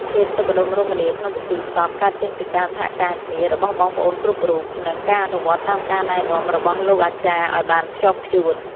ភាពសុខដុមរមនាក្នុងពិធីសពកើតចេញពីការសហការគ្នារបស់បងប្អូនគ្រប់រូប និង ការអនុវត្តតាមការណែនាំរបស់លោកអាចារ្យឱ្យបានខ្ជាប់ខ្ជួន។